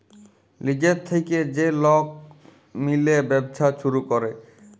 লিজের থ্যাইকে যে লক মিলে ব্যবছা ছুরু ক্যরে